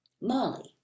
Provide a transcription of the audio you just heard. Molly